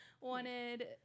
wanted